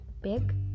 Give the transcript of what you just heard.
big